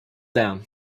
down